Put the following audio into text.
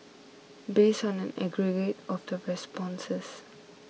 based on an aggregate of the responses